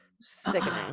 sickening